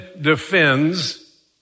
defends